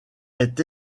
est